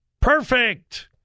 perfect